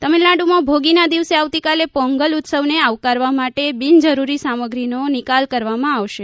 તમિલનાડમાં ભોગીના દિવસે આવતીકાલે પોંગલ ઉત્સવને આવકારવા માટે બિનજરૂરી સામગ્રીનો નિકાલ કરવામાં આવશે